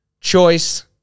choice